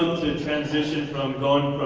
transition from going